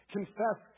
Confess